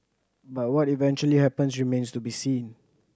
but what eventually happens remains to be seen